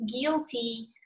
guilty